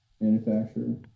manufacturer